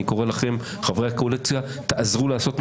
אני קורא לחברי הקואליציה לעזור ולעשות מעשה,